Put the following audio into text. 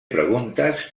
preguntes